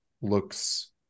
looks